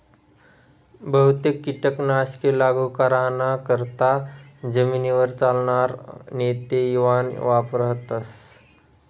बहुतेक कीटक नाशके लागू कराना करता जमीनवर चालनार नेते इवान वापरथस